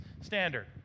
standard